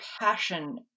passion